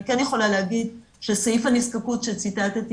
אני כן יכולה להגיד שסעיף הנזקקות שציטטתי